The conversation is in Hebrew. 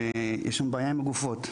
ויש שם בעיה עם הגופות.